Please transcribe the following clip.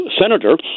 Senator